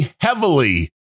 heavily